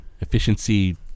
efficiency